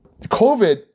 COVID